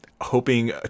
hoping